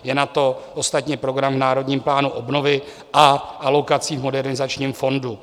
Je na to ostatně program v Národním plánu obnovy a v alokaci v Modernizačním fondu.